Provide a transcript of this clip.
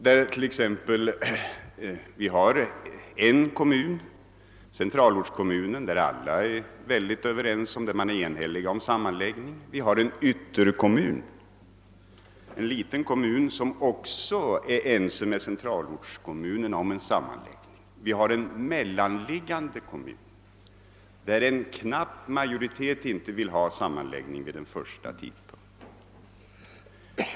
Det kan t.ex. finnas en centralort, där invånarna är helt överens om en sammanläggning. Vi har en liten ytterkommun, som också är ense med centralortskommunen om en sammanläggning. Men sedan har vi en mellanliggande kommun, där en knapp majoritet inte vill ha sammanläggning vid den första tidpunkten.